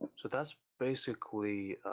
so that's basically